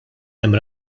hemm